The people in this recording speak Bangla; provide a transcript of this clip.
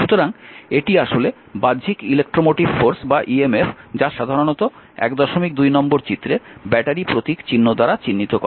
সুতরাং এটি আসলে বাহ্যিক ইলেক্ট্রোমোটিভ ফোর্স বা ইএমএফ যা সাধারণত 12 নম্বর চিত্রে ব্যাটারি প্রতীক দ্বারা চিহ্নিত করা হয়